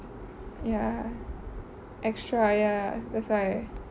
ya extra ya that's why